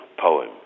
poem